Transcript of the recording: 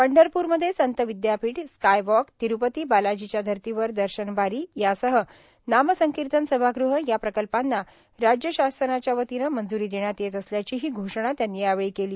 पंढरपूरमध्ये संत विद्यापीठ स्काय वॉक तिरूपती बालाजीच्याधर्तीवर दर्शनबारी यासह नामसंकीर्तन सभागृह या प्रकल्पांना राज्य शासनाच्यावतीनं मंजूरी देण्यात येत असल्याचीही घोषणा त्यांनी यावेळी केली